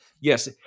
yes